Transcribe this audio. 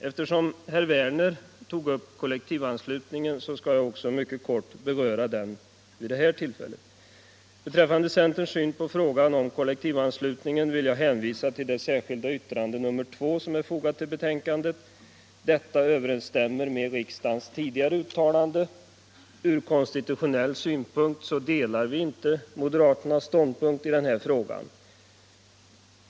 Eftersom herr Werner i Malmö tog upp kollektivanslutningen, skall jag också mycket kort beröra den vid det här tillfället. Beträffande centerns syn på frågan om kollektivanslutning vill jag hänvisa till det särskilda yttrandet 2 som är fogat till betänkandet. Detta överensstämmer med riksdagens tidigare uttalande. Från konstitutionell synpunkt delar vi inte moderaternas uppfattning i denna fråga.